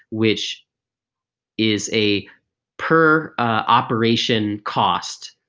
which is a per operation cost.